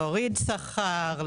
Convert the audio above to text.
להוריד שכר,